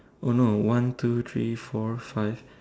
oh no one two three four five